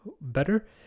better